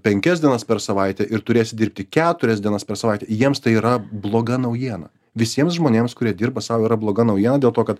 penkias dienas per savaitę ir turėsi dirbti keturias dienas per savaitę jiems tai yra bloga naujiena visiems žmonėms kurie dirba sau yra bloga naujiena dėl to kad